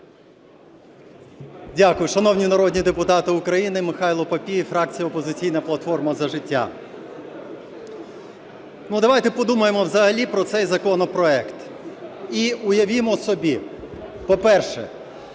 Дякую. Шановні народні депутати України! Михайло Папієв, фракція "Опозиційна платформа - За життя". Ну, давайте подумаємо взагалі про цей законопроект і уявімо собі. По-перше,